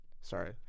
Sorry